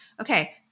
Okay